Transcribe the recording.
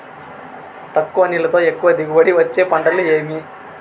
తక్కువ నీళ్లతో ఎక్కువగా దిగుబడి ఇచ్చే పంటలు ఏవి?